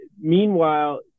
Meanwhile